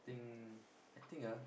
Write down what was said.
I think I think ah